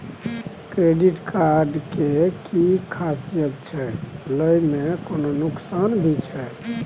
Credit card के कि खासियत छै, लय में कोनो नुकसान भी छै?